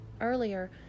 earlier